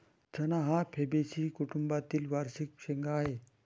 चणा हा फैबेसी कुटुंबातील वार्षिक शेंगा आहे